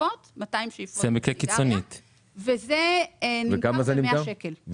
ו-5 לפקודת תעריף המכס והפטורים 1937,